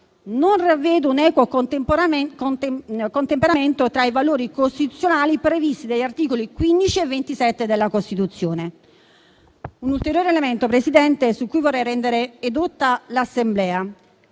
Non ravvedo un equo contemperamento tra i valori costituzionali previsti dagli articoli 15 e 27 della Costituzione. Un ulteriore elemento, signor Presidente, su cui vorrei rendere edotta l'Assemblea: